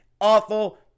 awful